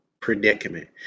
predicament